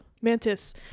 mantis